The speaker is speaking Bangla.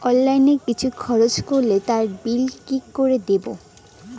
অনলাইন কিছু খরচ করলে তার বিল কি করে দেবো?